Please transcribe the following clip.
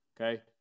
okay